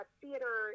theater